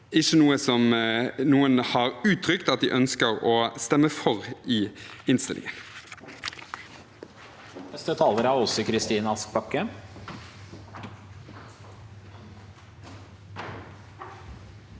ikke noe som noen har uttrykt at de ønsker å stemme for ved behandlingen